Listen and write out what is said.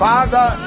Father